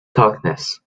toughness